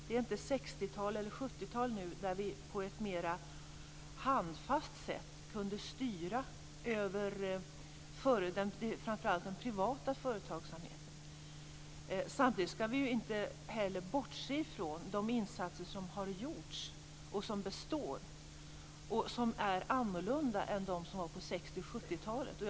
Det är inte 60-tal eller 70-tal nu, då vi på ett mera handfast sätt kunde styra över framför allt den privata företagsamheten. Samtidigt skall vi ju inte heller bortse från de insatser som har gjorts som består och som är annorlunda än de som var på 60 och 70-talen.